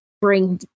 bring